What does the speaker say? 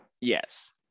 Yes